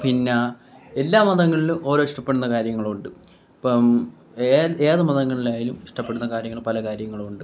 പിന്നെ ആ എല്ലാ മതങ്ങളിലും ഓരോ ഇഷ്ടപ്പെടുന്ന കാര്യങ്ങളുണ്ട് ഇപ്പം ഏത് മതങ്ങളിലായാലും ഇഷ്ടപ്പെടുന്ന കാര്യങ്ങൾ പല കാര്യങ്ങളൂണ്ട്